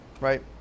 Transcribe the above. right